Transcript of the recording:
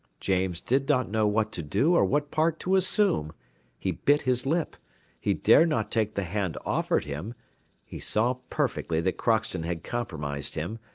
james did not know what to do or what part to assume he bit his lip he dared not take the hand offered him he saw perfectly that crockston had compromised him,